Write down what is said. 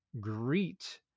greet